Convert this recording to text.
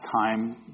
time